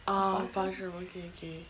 ah bathroom ookay ookay